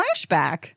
flashback